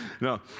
No